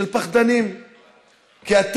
של פחדנים,